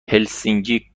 هلسینکی